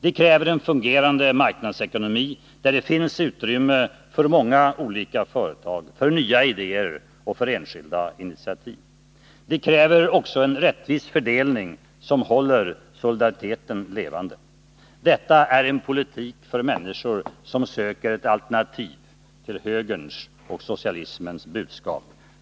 Det kräver en fungerande marknadsekonomi, där det finns utrymme för många olika företag, för nya idéer och för enskilda initiativ. Det kräver också en rättvis fördelning som håller solidaritetstanken levande. Detta är en politik för människor som söker ett alternativ till högerns och socialismens budskap.